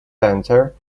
centre